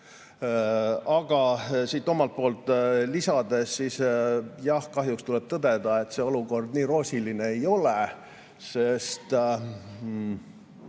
omalt poolt lisades, jah, kahjuks tuleb tõdeda, et see olukord nii roosiline ei ole, sest